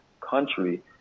country